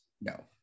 No